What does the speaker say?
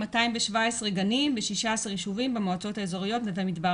217 גנים ב-16 יישובים במועצות האזוריות נווה מדבר